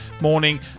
morning